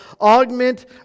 augment